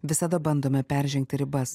visada bandome peržengti ribas